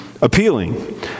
appealing